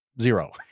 Zero